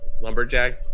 Lumberjack